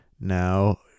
now